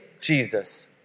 Jesus